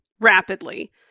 rapidly